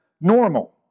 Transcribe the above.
normal